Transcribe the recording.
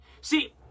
See